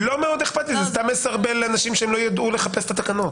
זה פשוט מסרבל לאנשים שלא יידעו לחפש את התקנות.